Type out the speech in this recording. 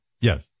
Yes